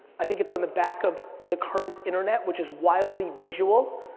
i think it's on the back of the current internet, which is wildly visual.